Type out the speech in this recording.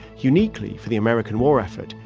uniquely, for the american war effort,